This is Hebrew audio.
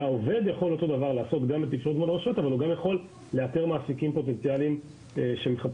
והעובד יכול לעשות את אותו הדבר וגם לאתר מעסיקים פוטנציאליים שמחפשים